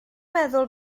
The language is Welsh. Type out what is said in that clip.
meddwl